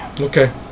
Okay